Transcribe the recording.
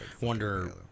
wonder